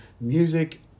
music